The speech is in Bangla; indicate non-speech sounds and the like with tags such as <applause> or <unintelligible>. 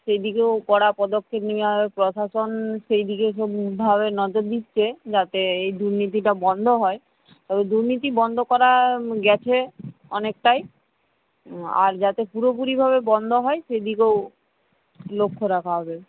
সেদিকেও কড়া পদক্ষেপ নেওয়া <unintelligible> প্রশাসন সেইদিকে <unintelligible> ভাবে নজর দিচ্ছে যাতে এই দুর্নীতিটা বন্ধ হয় <unintelligible> দুর্নীতি বন্ধ করা গেছে অনেকটাই আর যাতে পুরোপুরিভাবে বন্ধ হয় সেদিকেও লক্ষ রাখা হবে